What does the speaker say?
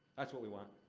that's what we want.